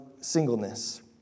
singleness